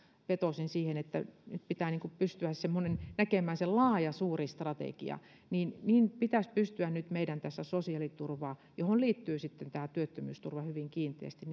vetosin siihen että nyt pitää pystyä näkemään se laaja suuri strategia meidän pitäisi todellakin pystyä näkemään se laaja strategia tässä sosiaaliturvan uudistuksessa johon liittyy työttömyysturva hyvin kiinteästi